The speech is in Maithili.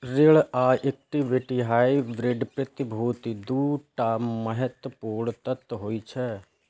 ऋण आ इक्विटी हाइब्रिड प्रतिभूति के दू टा महत्वपूर्ण तत्व होइ छै